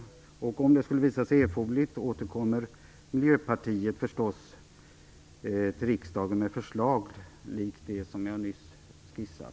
Om det skulle visa sig erforderligt återkommer Miljöpartiet förstås till riksdagen med förslag likt det som jag nyss skisserat.